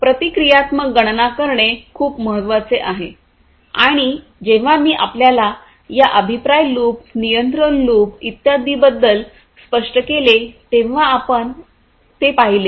प्रतिक्रियात्मक गणना करणे खूप महत्वाचे आहे आणि जेव्हा मी आपल्याला या अभिप्राय लूप नियंत्रण लूप इत्यादींबद्दल स्पष्ट केले तेव्हा आपण ते पाहिले